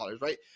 Right